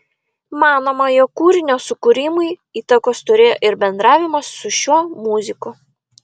manoma jog kūrinio sukūrimui įtakos turėjo ir bendravimas su šiuo muziku